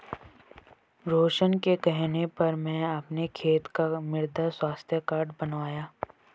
रोशन के कहने पर मैं अपने खेत का मृदा स्वास्थ्य कार्ड बनवाया